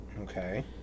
okay